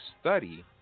study